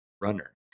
Runner